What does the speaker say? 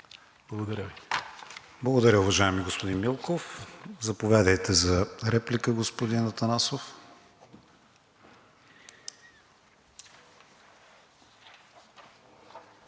ВИГЕНИН: Благодаря, уважаеми господин Милков. Заповядайте за реплика, господин Атанасов.